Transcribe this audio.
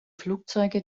flugzeuge